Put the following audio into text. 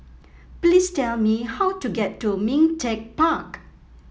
please tell me how to get to Ming Teck Park